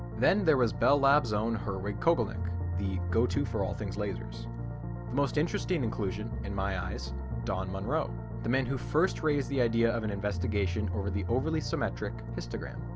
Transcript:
then there was bell lab's own herwig kogelnik, the go-to for all things lasers. the most interesting inclusion in my eyes don monroe the man who first raised the idea of an investigation over the overly symmetric histogram,